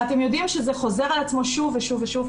ואתם יודעים שזה חוזר על עצמו שוב ושוב ושוב.